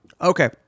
Okay